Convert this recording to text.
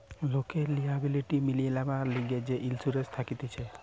লোকের লিয়াবিলিটি মিটিবার লিগে যে ইন্সুরেন্স থাকতিছে